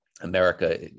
America